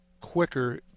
quicker